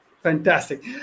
Fantastic